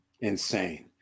Insane